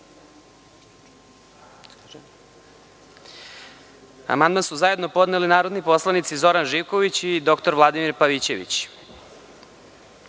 amandman su zajedno podneli narodni poslanici Zoran Živković i dr Vladimir Pavićević. Predlagač